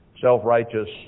self-righteous